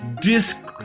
disc